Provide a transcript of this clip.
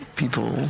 people